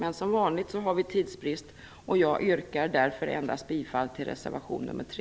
Men som vanligt har vi tidsbrist, och jag yrkar därför bifall till endast reservation 3.